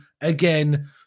again